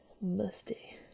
musty